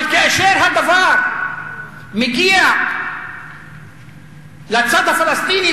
אבל כאשר הדבר מגיע לצד הפלסטיני,